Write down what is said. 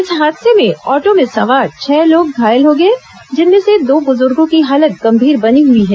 इस हादसे में ऑटो में सवार छह लोग घायल हो गए जिनमें से दो बुजुर्गों की हालत गंभीर बनी हुई है